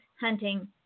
hunting